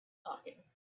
talking